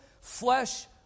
flesh